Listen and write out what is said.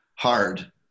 hard